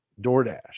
DoorDash